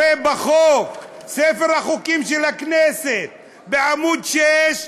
הרי בחוק, בספר החוקים של הכנסת, בעמוד 6,